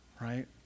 right